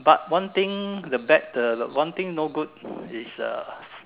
but one thing the bad the the one thing no good is uh